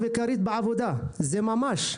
בבקשה.